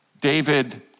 David